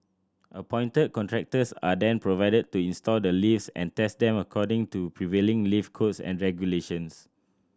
appointed contractors are then provided to install the lifts and test them according to prevailing lift codes and regulations